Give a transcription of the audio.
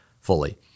fully